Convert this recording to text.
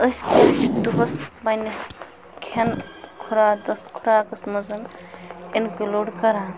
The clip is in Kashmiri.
أسۍ کیٛاہ چھِ دۄہَس پنٕنِس کھٮ۪ن خُراکس خُراکَس منٛزن اِنکٕلوٗڈ کَران